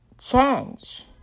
change